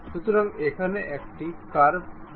সুতরাং এখানে একটি কার্ভ রয়েছে